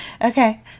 Okay